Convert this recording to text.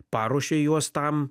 paruoši juos tam